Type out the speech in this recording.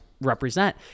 represent